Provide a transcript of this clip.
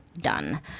done